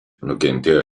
nukentėjo